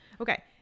okay